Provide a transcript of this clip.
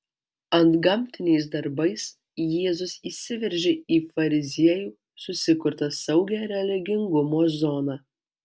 antgamtiniais darbais jėzus įsiveržė į fariziejų susikurtą saugią religingumo zoną